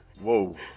Whoa